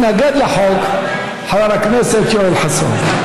מתנגד לחוק חבר הכנסת יואל חסון.